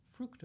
fructose